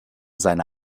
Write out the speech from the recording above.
seine